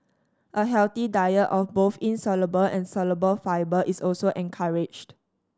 a healthy diet of both insoluble and soluble fibre is also encouraged